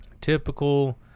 typical